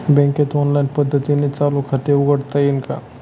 बँकेत ऑनलाईन पद्धतीने चालू खाते उघडता येईल का?